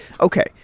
Okay